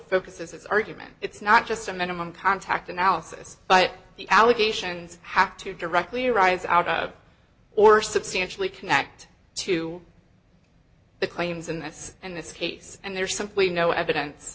focuses his argument it's not just a minimum contact analysis but the allegations have to directly arise out of or substantially connect to the claims in this and this case and there's simply no evidence